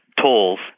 tools